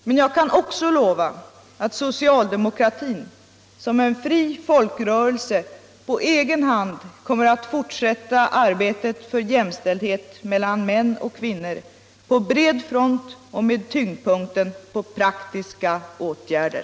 Men jag kan också lova att socialdemokratin som en fri folkrörelse på egen hand kommer att fortsätta arbetet för jämställdhet mellan män och kvinnor på bred front och med tyngdpunkten på praktiska åtgärder.